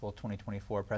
2024